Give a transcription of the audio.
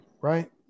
Right